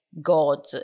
God